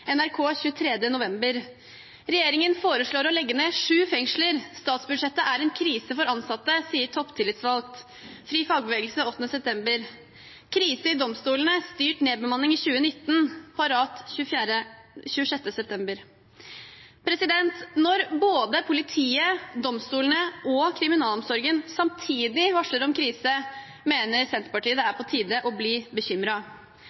NRK 23. november «Regjeringen foreslår å legge ned sju fengsler. – Statsbudsjettet er en krise for ansatte, sier topptillitsvalgt» – FriFagbevegelse 8. oktober «Krise i domstolene – styrt nedbemanning i 2019» – Parat24 26. september Når både politiet, domstolene og kriminalomsorgen samtidig varsler om krise, mener Senterpartiet det er